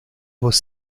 vos